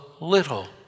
little